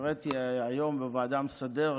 והקראתי היום בוועדה המסדרת